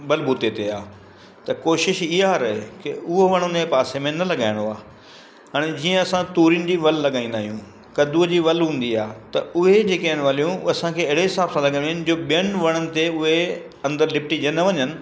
बल बुते ते आहे त कोशिशि इहा रहे की उहा वण उन जे पासे में न लॻाइणो आहे हाणे जीअं असां तुरियुनि जी वलि लॻाईंदा आहियूं कद्दुअ जी वलि हूंदी आहे त उहे जेके आहिनि वलियूं असांखे अहिड़े हिसाब सां लॻाइणियूं आहिनि जो ॿियनि वणनि ते उहे अंदरि लिपटजी न वञनि